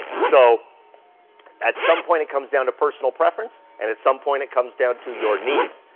so at some point it comes down to personal preference. and at some point it comes down to your needs.